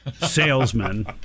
salesman